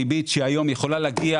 ל-18 שנה, בריבית קבועה שיכולה להגיע